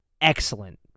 excellent